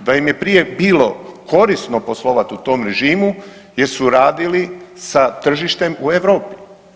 da im je prije bilo korisno poslovati u tom režimu jer su radili sa tržištem u Europi.